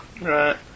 Right